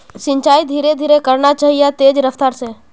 सिंचाई धीरे धीरे करना चही या तेज रफ्तार से?